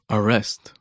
Arrest